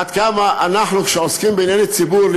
עד כמה כשאנחנו עוסקים בענייני ציבור,